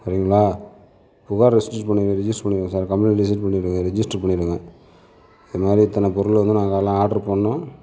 சரிங்ளா புகாரை ரெஜிஸ்டர் பண்ணுங்க ரெஜிஸ்டர் பண்ணுங்க சார் கம்ப்ளைன்ட் ரெஜிஸ்டர் பண்ணிவிடுங்க சார் இது மாதிரி இத்தனை பொருள் வந்து நாங்கெலாம் ஆட்ரு பண்ணிணோம்